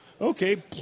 Okay